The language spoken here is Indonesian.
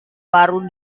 baru